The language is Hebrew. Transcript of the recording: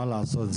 מה לעשות,